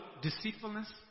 deceitfulness